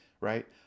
right